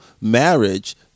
marriage